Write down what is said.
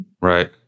right